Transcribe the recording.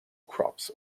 crops